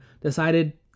decided